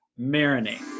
marinate